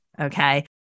Okay